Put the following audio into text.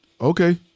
Okay